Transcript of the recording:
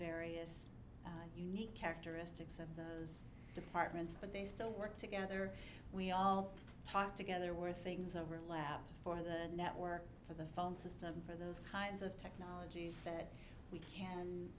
various unique characteristics of those departments but they still work together we all talk together where things overlap for the network for the phone system for those kinds of technologies that we can